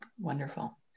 Wonderful